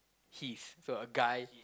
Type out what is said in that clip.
he so a guy